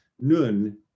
nun